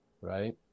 Right